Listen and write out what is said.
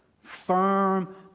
firm